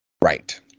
Right